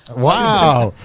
wow!